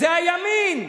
זה הימין,